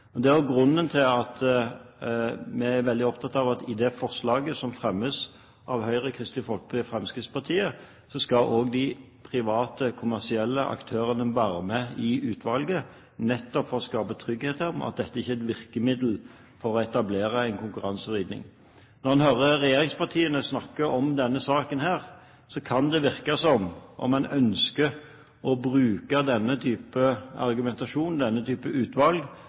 Det er også grunnen til at vi er veldig opptatt av i forbindelse med det forslaget som fremmes av Høyre, Kristelig Folkeparti og Fremskrittspartiet, at også de private kommersielle aktørene skal være med i utvalget, nettopp for å skape trygghet om at dette ikke er et virkemiddel for å etablere en konkurransevridning. Når en hører regjeringspartiene snakke om denne saken, kan det virke som om en ønsker å bruke denne typen argumentasjon, denne typen utvalg,